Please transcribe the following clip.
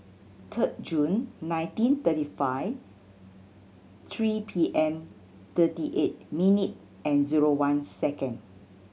third June nineteen thirty five three P M thirty eight minute and zero one second